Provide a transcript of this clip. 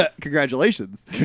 Congratulations